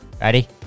Ready